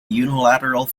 unilateral